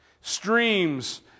Streams